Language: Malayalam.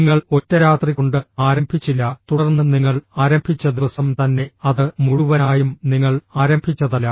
നിങ്ങൾ ഒറ്റരാത്രികൊണ്ട് ആരംഭിച്ചില്ല തുടർന്ന് നിങ്ങൾ ആരംഭിച്ച ദിവസം തന്നെ അത് മുഴുവനായും നിങ്ങൾ ആരംഭിച്ചതല്ല